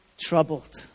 troubled